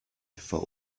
for